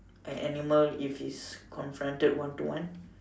an animal if is confronted one to one